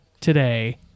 today